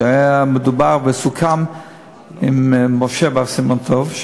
שהיה מדובר וסוכם עם משה בר סימן טוב,